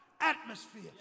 atmosphere